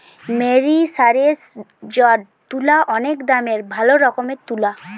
মেরিসারেসজড তুলা অনেক দামের ভালো রকমের তুলা